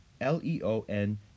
L-E-O-N